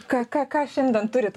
ką ką ką šiandien turit